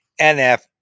nf